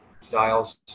styles